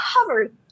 covered